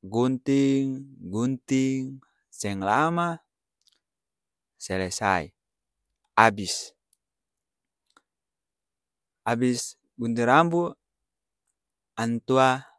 gunting gunting-seng lama selesai abis abis-gunting rambu antua.